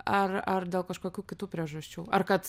ar ar dėl kažkokių kitų priežasčių ar kad